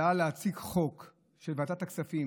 הוא עלה להציג חוק של ועדת הכספים,